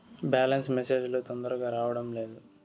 Balance message లు తొందరగా రావడం లేదు?